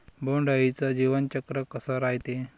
बोंड अळीचं जीवनचक्र कस रायते?